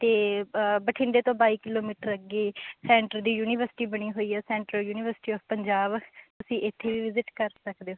ਅਤੇ ਬਠਿੰਡੇ ਤੋਂ ਬਾਈ ਕਿਲੋਮੀਟਰ ਅੱਗੇ ਸੈਂਟਰ ਦੀ ਯੂਨੀਵਰਸਿਟੀ ਬਣੀ ਹੋਈ ਹੈ ਸੈਂਟਰਲ ਯੂਨੀਵਰਸਿਟੀ ਆਫ ਪੰਜਾਬ ਤੁਸੀਂ ਇੱਥੇ ਵੀ ਵਿਜਿਟ ਕਰ ਸਕਦੇ ਹੋ